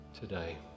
today